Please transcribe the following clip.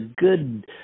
good